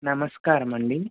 నమస్కారమండీ